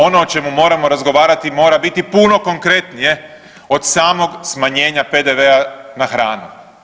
Ono o čemu moramo razgovarati mora biti puno konkretnije od samog smanjenja PDV-a na hranu.